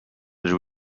but